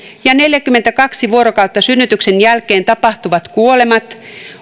ja neljäkymmentäkaksi vuorokautta synnytyksen jälkeen tapahtuvat kuolemat